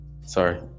Sorry